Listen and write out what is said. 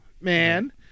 man